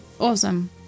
Awesome